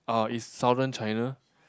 uh is Southern China